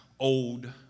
Old